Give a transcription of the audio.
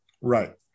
right